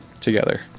together